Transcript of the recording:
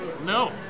No